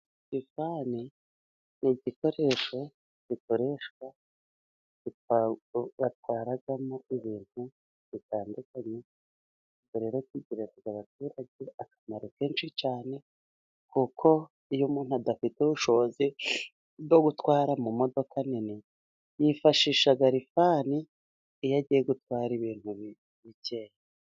Lifani ni igikoresho gikoreshwa batwaramo ibintu bitandukanye, ubwo rero kigirira abaturage akamaro kenshi cyane, kuko iyo umuntu adafite ubushobozi bwo gutwara mu modoka nini, yifashisha lifani, iyo agiye gutwara ibintu bikeya.